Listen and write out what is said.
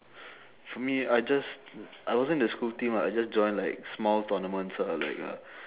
for me I just I wasn't in the school team ah I just join like small tournaments ah like a